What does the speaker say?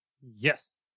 Yes